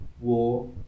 war